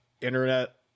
internet